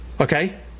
okay